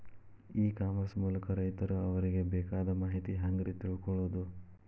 E commerce ಮೂಲಕ ರೈತರು ಅವರಿಗೆ ಬೇಕಾದ ಮಾಹಿತಿ ಹ್ಯಾಂಗ ರೇ ತಿಳ್ಕೊಳೋದು?